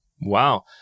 Wow